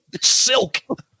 Silk